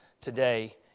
today